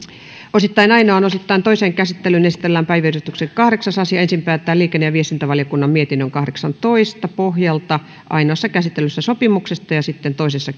osittain ainoaan osittain toiseen käsittelyyn esitellään päiväjärjestyksen kahdeksas asia ensin päätetään liikenne ja viestintävaliokunnan mietinnön kahdeksantoista pohjalta ainoassa käsittelyssä sopimuksesta ja sitten toisessa